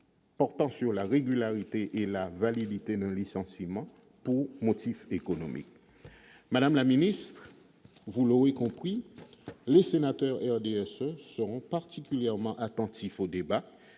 recours sur la régularité ou la validité d'un licenciement pour motif économique. Madame la ministre, vous l'aurez compris, les sénateurs du RDSE seront particulièrement attentifs aux débats